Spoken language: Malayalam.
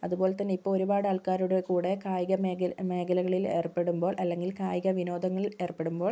അതുപോലെ തന്നെ ഇപ്പോൾ ഒരുപാട് ആൾക്കാരുടെ കൂടെ കായിക മേഖല മേഖലകളിൽ ഏർപ്പെടുമ്പോൾ അല്ലങ്കിൽ കായിക വിനോദങ്ങളിൽ ഏർപ്പെടുമ്പോൾ